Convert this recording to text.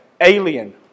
alien